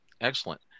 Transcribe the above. Excellent